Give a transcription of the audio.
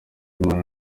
imana